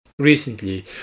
Recently